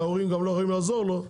וההורים גם לא יכולים לעזור לו,